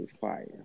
fire